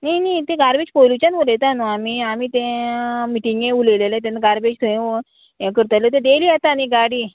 न्ही न्ही ती गार्बेज पोल्यूशन उडयता न्हू आमी आमी तें मिटींगे उलयलेले तेन्ना गार्बेज थंय हें करतले ते डेली येता न्ही गाडी